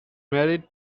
married